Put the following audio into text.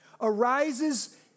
arises